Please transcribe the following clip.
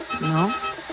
No